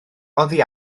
oddi